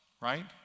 right